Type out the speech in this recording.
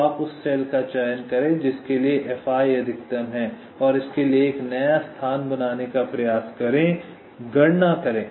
तो आप उस सेल का चयन करें जिसके लिए Fi अधिकतम है और इसके लिए एक नया स्थान बनाने का प्रयास करें गणना करें